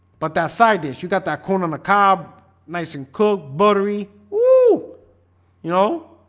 but that side this you got that corn on a cob nice and cooked buttery. oh you know